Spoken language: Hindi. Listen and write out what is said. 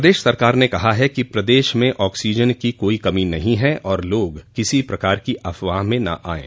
प्रदेश सरकार ने कहा है कि प्रदेश में ऑक्सीजन की कोई कमी नहीं है और लोग किसी प्रकार की अफवाह में न आये